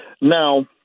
now